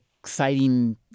Exciting